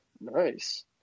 nice